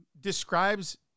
describes